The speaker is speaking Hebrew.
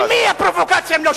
אני רוצה שתוריד אותי עם המאבטחים.